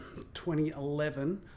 2011